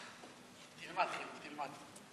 תלמד, חיליק, תלמד.